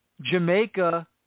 Jamaica